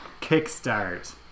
Kickstart